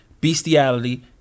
Bestiality